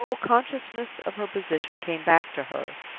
the full consciousness of her position came back to her.